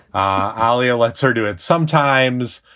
aleo lets her do it sometimes.